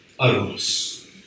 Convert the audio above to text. arose